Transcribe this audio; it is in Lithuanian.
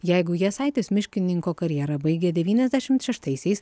jeigu jasaitis miškininko karjerą baigė devyniasdešim šeštaisiais